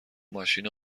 ماشین